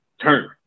turn